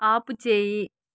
ఆపుచేయి